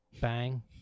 Bang